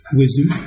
wisdom